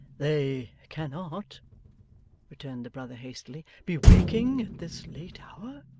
they cannot returned the brother hastily, be waking at this late hour